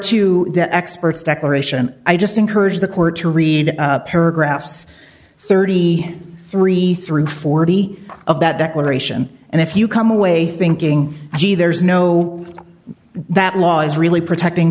to the experts declaration i just encouraged the court to read paragraphs thirty three through forty of that declaration and if you come away thinking gee there's no that law is really protecting